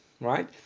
right